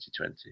2020